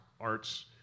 Art's